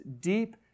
deep